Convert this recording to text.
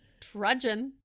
trudging